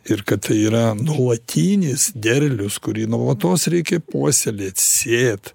ir kad tai yra nuolatinis derlius kurį nuolatos reikia puoselėt sėt